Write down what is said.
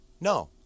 No